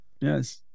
Yes